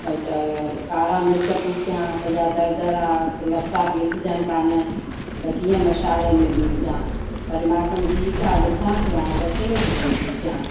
चयो कारा मिर्च पीसियां सॼा दरदरा लसा पीसजनि कोन्ह त कीअं मसाले में बि विझां वरी मां चयोमि ठीकु आहे ॾिसां थी हाणे चटिणी थी खणी पीसियां